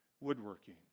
Woodworking